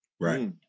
Right